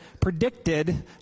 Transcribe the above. predicted